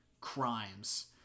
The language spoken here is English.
crimes